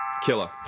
Killer